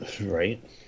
Right